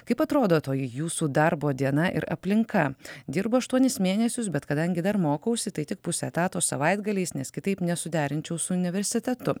kaip atrodo toji jūsų darbo diena ir aplinka dirbu aštuonis mėnesius bet kadangi dar mokausi tai tik puse etato savaitgaliais nes kitaip nesuderinčiau su universitetu